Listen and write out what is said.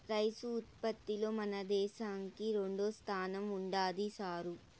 rice ఉత్పత్తిలో మన దేశంకి రెండోస్థానం ఉండాది సారూ